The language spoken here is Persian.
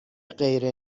غیر